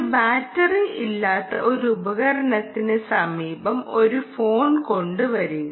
ഒരു ബാറ്ററി ഇല്ലാത്ത ഒരു ഉപകരണത്തിന് സമീപം ഒരു ഫോൺ കൊണ്ടുവരിക